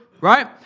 right